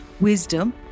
wisdom